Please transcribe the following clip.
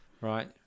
Right